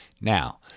Now